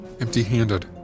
empty-handed